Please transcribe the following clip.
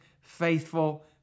faithful